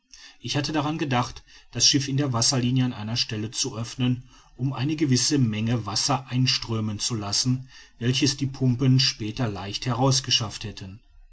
ich hatte daran gedacht das schiff in der wasserlinie an einer stelle zu öffnen um eine gewisse menge wasser einströmen zu lassen welches die pumpen später leicht herausgeschafft hätten